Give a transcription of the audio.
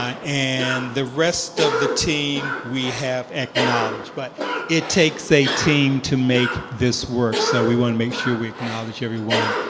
um and the rest of the team we have acknowledged. but it takes a team to make this work. so we want to make sure we acknowledge everyone.